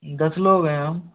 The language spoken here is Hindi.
दस लोग हैं हम